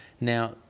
Now